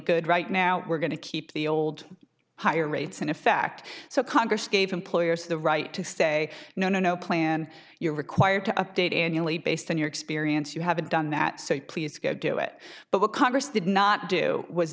good right now we're going to keep the old higher rates in effect so congress gave employers the right to say no no plan you're required to update annually based on your experience you haven't done that so please go do it but what congress did not do was